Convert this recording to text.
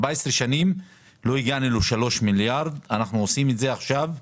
בדקתי את זה.